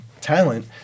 talent